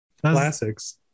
classics